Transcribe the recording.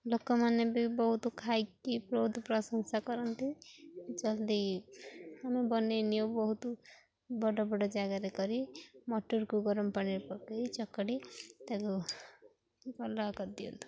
ଲୋକମାନେ ବି ବହୁତ ଖାଇକି ବହୁତ ପ୍ରଶଂସା କରନ୍ତି ଜଲ୍ଦି ଆମେ ବନେଇନେଉ ବହୁତ ବଡ଼ ବଡ଼ ଜାଗାରେ କରି ମଟରକୁ ଗରମ ପାଣିରେ ପକେଇ ଚକଡ଼ି ତାକୁ ଅଲଗା କରିଦିଅନ୍ତୁ